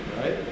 right